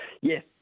Yes